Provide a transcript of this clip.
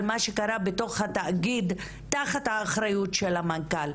מה שקרה בתוך התאגיד תחת האחריות של המנכ"ל.